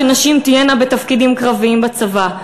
שנשים תהיינה בתפקידים קרביים בצבא.